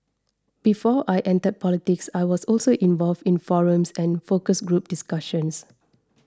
before I entered politics I was also involved in forums and focus group discussions